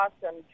awesome